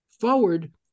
forward